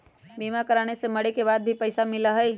बीमा कराने से मरे के बाद भी पईसा मिलहई?